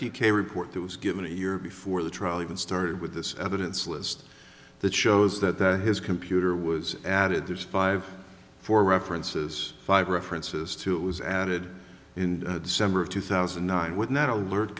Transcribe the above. p k report that was given a year before the trial even started with this evidence list that shows that his computer was added there's five four references five references to it was added in december of two thousand and nine would not aler